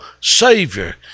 Savior